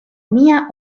mia